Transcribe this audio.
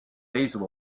basil